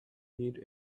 need